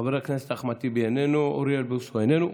חבר הכנסת אחמד טיבי, איננו, אוריאל בוסו, איננו.